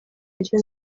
nicyo